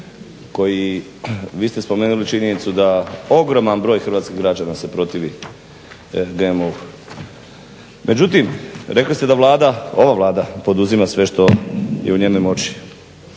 Vi ste spomenuli činjenicu da ogroman broj hrvatskih građana se protivi GMO-u, međutim rekli ste da ova Vlada poduzima sve što je u njenoj moći,